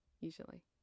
Usually